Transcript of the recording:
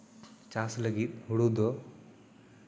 ᱪᱟᱥ ᱞᱟᱹᱜᱤᱫ ᱦᱩᱲᱩ ᱫᱚ